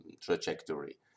trajectory